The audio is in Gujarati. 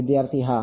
વિદ્યાર્થી હા